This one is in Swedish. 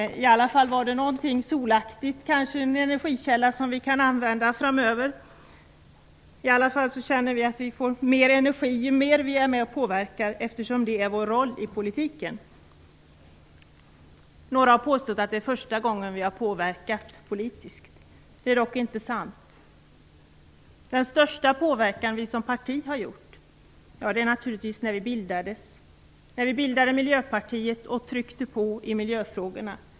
Åtminstone var det något varmt, kanske en energikälla som vi kan använda framöver. I alla fall känner vi att vi får mer energi ju mer vi är med och påverkar, eftersom det är vår roll i politiken. Några har påstått att det är första gången vi påverkat politiskt. Det är dock inte sant. Den största påverkan vi som parti har gjort är naturligtvis när partiet bildades, när vi bildade Miljöpartiet och tryckte på i miljöfrågorna.